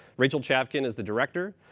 rachel chavkin is the director.